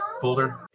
folder